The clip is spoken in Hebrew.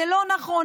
זה לא נכון,